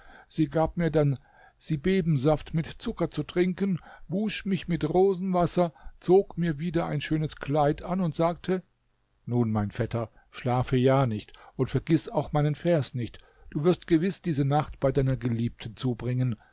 sie gab mir dann sibebensaft mit zucker zu trinken wusch mich mit rosenwasser zog mir wieder ein schönes kleid an und sagte nun mein vetter schlafe ja nicht und vergiß auch meinen vers nicht du wirst gewiß diese nacht bei deiner geliebten zubringen